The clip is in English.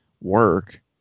work